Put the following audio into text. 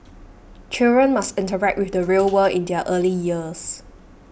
children must interact with the real world in their early years